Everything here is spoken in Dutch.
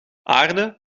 aarde